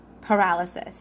Paralysis